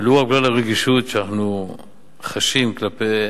ולו רק בגלל הרגישות שאנחנו חשים כלפי